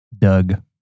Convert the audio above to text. Doug